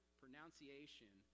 pronunciation